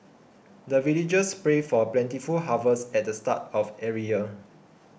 the villagers pray for plentiful harvest at the start of every year